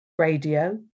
Radio